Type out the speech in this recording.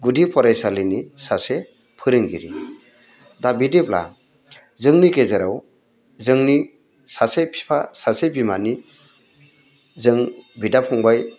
गुदि फरायसालिनि सासे फोरोंगिरि दा बिदिब्ला जोंनि गेजेराव जोंनि सासे बिफा सासे बिमानि जों बिदा फंबाइ